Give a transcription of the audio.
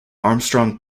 armstrong